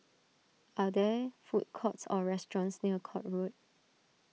are there food courts or restaurants near Court Road